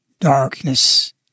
darkness